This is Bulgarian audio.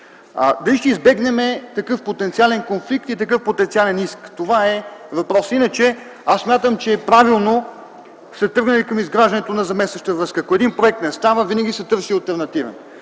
Дали ще избегнем такъв потенциален конфликт и такъв потенциален иск, това е въпросът. Иначе смятам, че е правилно, че сме тръгнали към изграждане на заместваща връзка. Ако един проект не става, винаги се търси алтернатива.